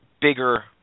bigger